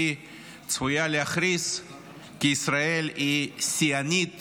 צפויה להכריז כי ישראל היא שיאנית